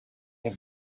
have